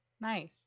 Nice